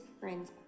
friends